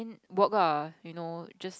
work ah you know just